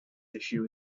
issue